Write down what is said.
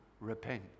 Repent